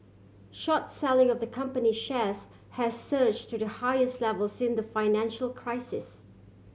short selling of the company shares has surge to the highest level sin the financial crisis